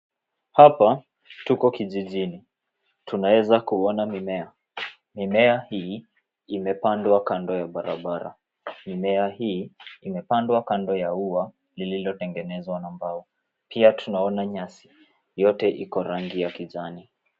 Hapa tuko kijijini. Tunaweza kuona mimea. Mimea hii imepandwa kando ya Barabara mimea hii imepandwa kando ya ua lililo tengenezwa na mbao. Pia tunaona nyasi yote iko rangi ya kijani.